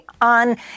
on